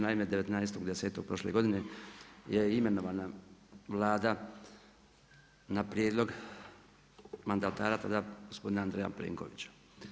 Naime 19.10. prošle godine je imenovana Vlada na prijedlog mandatara tada gospodin Andreja Plenkovića.